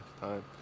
time